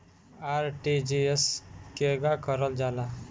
RTGS केगा करलऽ जाला?